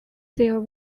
there